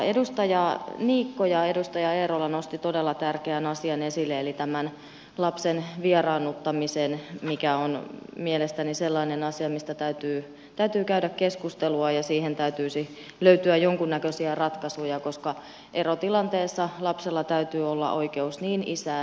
edustaja niikko ja edustaja eerola nostivat todella tärkeän asian esille eli tämä lapsen vieraannuttamisen mikä on mielestäni sellainen asia mistä täytyy käydä keskustelua ja mihin täytyisi löytyä jonkunnäköisiä ratkaisuja koska erotilanteessa lapsella täytyy olla oikeus niin isään kuin äitiin